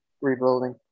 rebuilding